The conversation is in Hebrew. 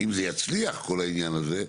אם זה יצליח כל העניין הזה,